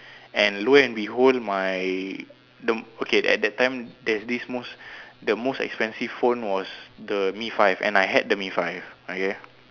and lo and behold my the okay at that time there's this most the most expensive was the mi-five and I had the mi-five okay